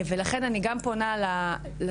ולכן אני גם פונה לשרות,